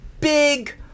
big